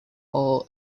all